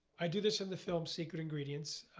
i do this in the film secret ingredients.